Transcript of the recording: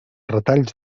retalls